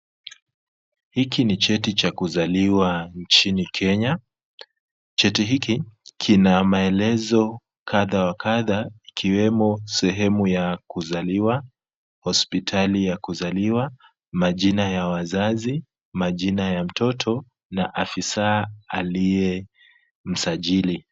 Hiki ni cheti cha kuzaliwa nchini Kenya. Cheti hiki kina maelezo kadha wa kadha ikiwemo sehemu ya kuzaliwa, hospitali ya kuzaliwa, majina ya wazazi, majina ya mtoto na afisa aliye msajili.